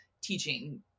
teaching